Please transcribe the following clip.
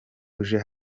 uje